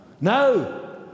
No